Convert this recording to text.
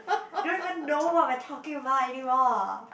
I don't even know what we're talking about anymore